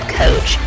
coach